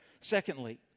Secondly